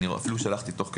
אני אפילו שלחתי תוך כדי,